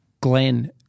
Glenn